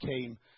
came